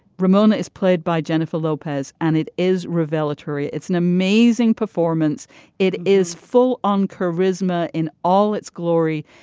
ramona is played by jennifer lopez and it is revelatory. it's an amazing performance. it is full on charisma in all its glory.